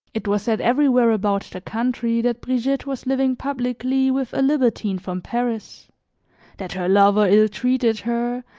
it was said everywhere about the country that brigitte was living publicly with a libertine from paris that her lover ill-treated her,